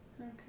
Okay